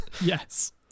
Yes